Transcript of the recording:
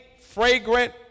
Fragrant